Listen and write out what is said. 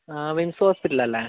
MIMS hospital അല്ലെ